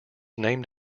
named